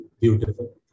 beautiful